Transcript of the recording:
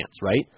right